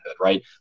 right